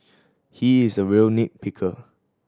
he is a real nit picker